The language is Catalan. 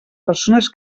persones